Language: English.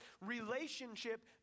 relationship